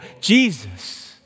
Jesus